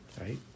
right